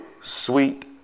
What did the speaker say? sweet